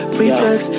reflex